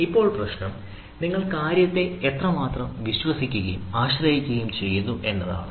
ഇപ്പോൾ പ്രശ്നം നിങ്ങൾ കാര്യത്തെ എത്രമാത്രം വിശ്വസിക്കുകയും ആശ്രയിക്കുകയും ചെയ്യുന്നു എന്നതാണ്